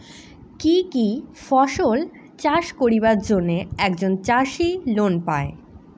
কি কি ফসল চাষ করিবার জন্যে একজন চাষী লোন পায়?